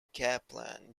kaplan